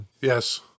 Yes